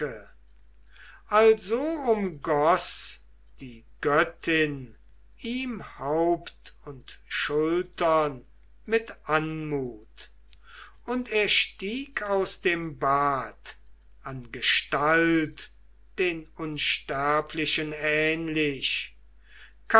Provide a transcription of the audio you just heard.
also umgoß die göttin ihm haupt und schultern mit anmut und er stieg aus dem bad an gestalt den unsterblichen ähnlich